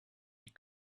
die